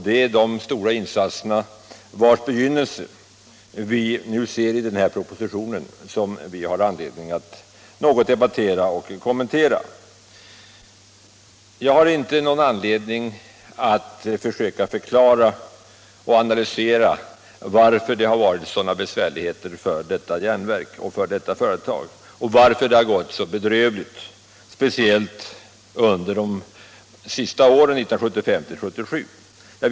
Det är begynnelsen av dessa stora insatser som vi nu ser i den proposition som vi har anledning att något debattera och kommentera. Jag skall inte försöka analysera varför det har varit så besvärligt för NJA och varför det har gått så bedrövligt illa, speciellt under åren 1975-1977.